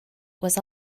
was